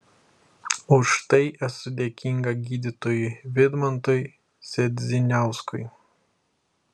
už tai esu dėkinga gydytojui vidmantui sedziniauskui